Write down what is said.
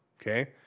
Okay